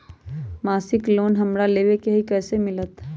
मासिक लोन हमरा लेवे के हई कैसे मिलत?